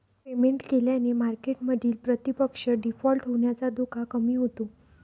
payment केल्याने मार्केटमधील प्रतिपक्ष डिफॉल्ट होण्याचा धोका कमी होतो